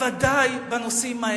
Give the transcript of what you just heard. בוודאי בנושאים האלה.